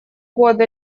годы